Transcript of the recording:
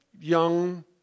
young